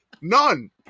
None